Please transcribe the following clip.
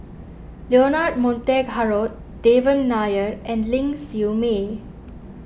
Leonard Montague Harrod Devan Nair and Ling Siew May